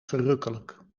verrukkelijk